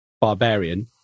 barbarian